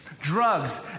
drugs